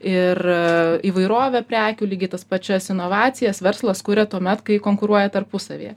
ir įvairovė prekių lygiai tas pačias inovacijas verslas kuria tuomet kai konkuruoja tarpusavyje